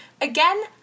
Again